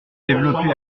développé